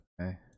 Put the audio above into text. okay